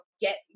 get